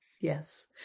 Yes